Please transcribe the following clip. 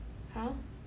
!huh!